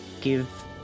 give